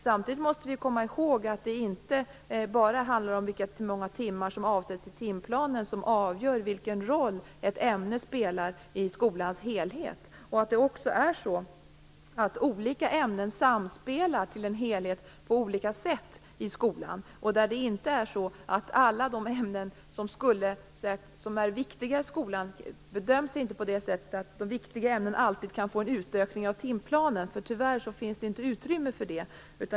Samtidigt måste vi komma ihåg att det inte bara är hur många timmar som avsätts i timplanen som avgör vilken roll ett ämne spelar i skolans helhet. Olika ämnen samspelar till en helhet på olika sätt i skolan. Alla de ämnen som är viktiga i skolan bedöms inte så att de viktiga ämnena alltid kan få en utökning av timplanen. Tyvärr finns det inte utrymme för det.